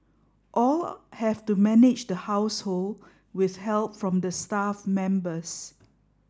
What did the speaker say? all have to manage the household with help from the staff members